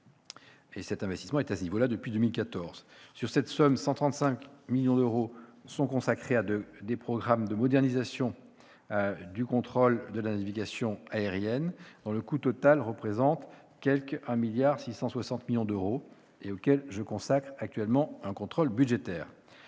de concours européens, depuis 2014. Sur cette somme, 135 millions d'euros sont consacrés à de grands programmes de modernisation du contrôle de la navigation aérienne, dont le coût total représente quelque 1 660 millions d'euros et auxquels je consacre actuellement un contrôle budgétaire.